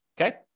Okay